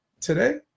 today